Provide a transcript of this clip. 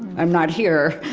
i'm not here.